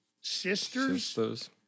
sisters